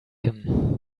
him